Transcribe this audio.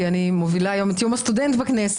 כי אני מובילה היום את יום הסטודנט בכנסת.